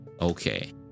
okay